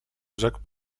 rzekł